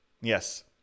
Yes